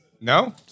No